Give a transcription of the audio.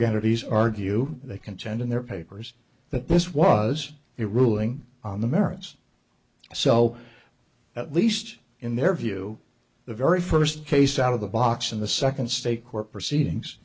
these argue they contend in their papers that this was it ruling on the merits so at least in their view the very first case out of the box in the second state court proceedings